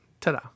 Ta-da